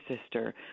sister